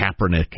Kaepernick